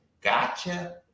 Gotcha